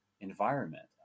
environment